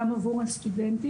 גם עבור הסטודנטים.